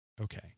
Okay